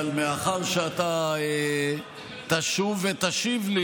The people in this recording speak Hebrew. אבל מאחר שאתה תשוב ותשיב לי,